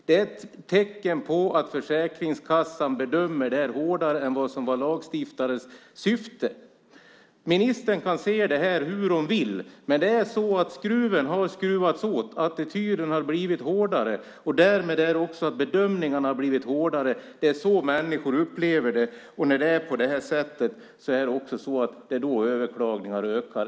Det är ett tecken på att Försäkringskassan bedömer det hårdare än vad som var lagstiftarens syfte. Ministern kan se det hur hon vill. Skruven har skruvats åt, och attityden har blivit hårdare. Därmed har också bedömningarna blivit hårdare. Det är så människor upplever det. När det är på det sättet ökar överklagningarna.